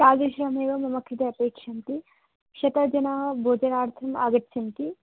तादृशमेव मम कृते अपेक्षन्ते शतजनाः भोजनार्थम् आगच्छन्ति